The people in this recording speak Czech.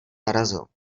narazil